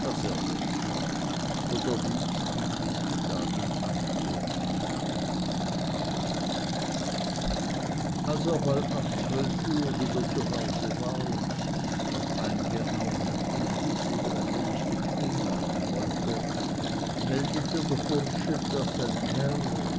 zu wo der dienst ihn bis mittag in anspruch nahm als er bald nach zwölf uhr wieder zu hause war und sich's nach eingenommenem imbiß eben ein wenig bequem machen wollte meldete der bursche daß ein herr